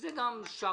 שזו גם שערורייה